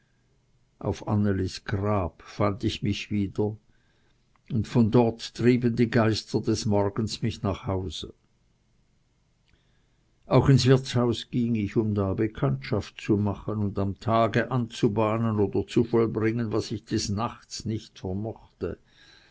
auf annelis grab fand ich mich wieder von dort trieben die geister des morgens mich nach hause auch ins wirtshaus ging ich um da bekanntschaft zu machen und am tage anzubahnen oder zu vollbringen was ich des nachts nicht vermochte